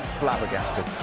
flabbergasted